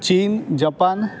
China Japan